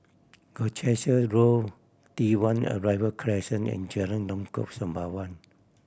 Colchester Grove T One Arrival Crescent and Jalan Lengkok Sembawang